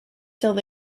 still